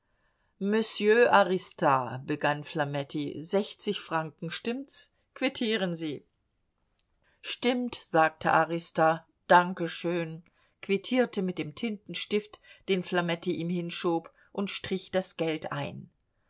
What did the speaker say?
arista begann flametti sechzig franken stimmt's quittieren sie stimmt sagte arista danke schön quittierte mit dem tintenstift den flametti ihm hinschob und strich das geld ein